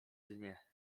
dnie